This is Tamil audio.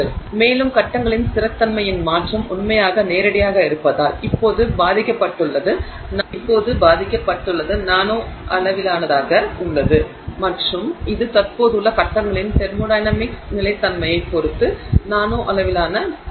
எனவே மேலும் கட்டங்களின் ஸ்திரத்தன்மையின் மாற்றம் உண்மையாக நேரடியாக இருப்பதால் இப்போது பாதிக்கப்பட்டுள்ளது நானோ அளவிலானதாக உள்ளது மற்றும் இது தற்போதுள்ள கட்டங்களின் தெர்மோடையனமிக்ஸ் நிலைத்தன்மையைப் பொறுத்து நானோ அளவிலான செயல்பாட்டின் தாக்கமாகும்